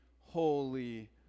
holy